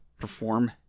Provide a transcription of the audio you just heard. perform